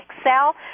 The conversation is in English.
excel